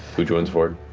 who joins fjord?